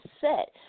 set